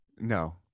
No